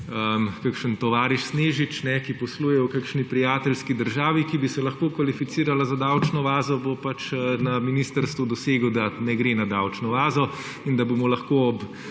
kakšen tovariš Snežič, ki posluje v kakšni prijateljski državi, ki bi se lahko okvalificirala za davčno oazo, bo na ministrstvu dosegel, da ne gre na davčno oazo, in bomo lahko ob